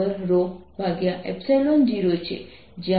HMagnitude change of the point dipole And E0